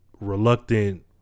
reluctant